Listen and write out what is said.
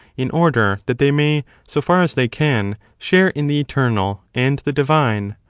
in order that they may, so far as they can, share in the eternal and the divine.